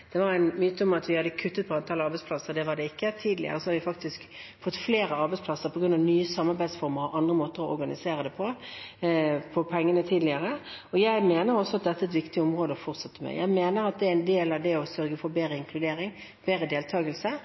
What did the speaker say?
Det var en myte at vi hadde kuttet i antall arbeidsplasser. Det hadde vi ikke. Tidligere har vi, på grunn av nye samarbeidsformer og andre måter å organisere det på, faktisk fått flere arbeidsplasser for pengene. Jeg mener også at dette er et viktig område å fortsette med. Jeg mener det er en del av det å sørge for bedre inkludering og bedre deltakelse.